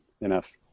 enough